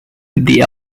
the